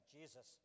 Jesus